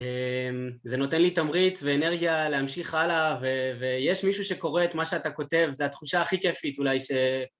זה נותן לי תמריץ ואנרגיה להמשיך הלאה, ויש מישהו שקורא את מה שאתה כותב, זה התחושה הכי כיפית אולי ש...